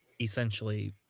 essentially